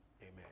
Amen